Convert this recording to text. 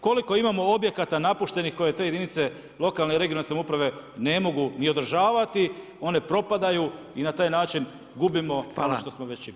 Koliko imamo objekata napuštenih koje te jedinice lokalne i regionalne samouprave ne mogu ni održavati, one propadaju i na taj način gubimo ono što smo veći imali.